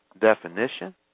definition